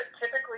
typically